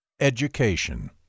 education